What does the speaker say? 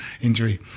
injury